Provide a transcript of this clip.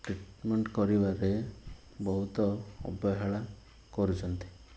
treatment କରିବାରେ ବହୁତ ଅବହେଳା କରୁଛନ୍ତି